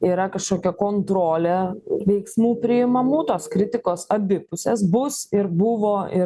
yra kažkokia kontrolė veiksmų priimamų tos kritikos abipusės bus ir buvo ir